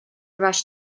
rush